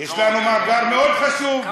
יש לנו מאגר מאוד חשוב,